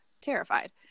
terrified